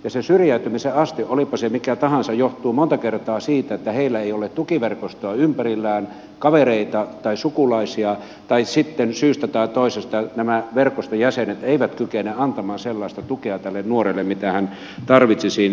se syrjäytymisen aste olipa se mikä tahansa johtuu monta kertaa siitä että heillä ei ole tukiverkostoa ympärillään kavereita tai sukulaisia tai sitten syystä tai toisesta nämä verkoston jäsenet eivät kykene antamaan sellaista tukea tälle nuorelle mitä hän tarvitsisi